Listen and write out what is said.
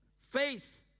Faith